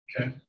Okay